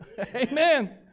Amen